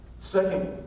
Second